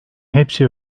hepsi